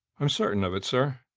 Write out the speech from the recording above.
i'm certain of it, sir.